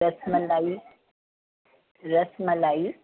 रस मलाई रस मलाई